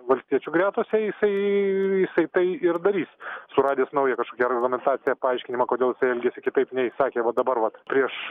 valstiečių gretose jisai jisai tai ir darys suradęs naują kažkokią argumentaciją paaiškinimą kodėl jisai elgiasi kitaip nei sakė va dabar vat prieš